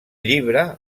llibre